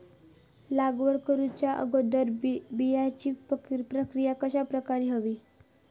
लागवड करूच्या अगोदर बिजाची प्रकिया कशी करून हवी?